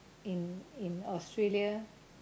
in in Australia